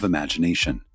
Imagination